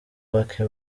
bake